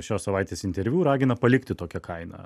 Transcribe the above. šios savaitės interviu ragina palikti tokią kainą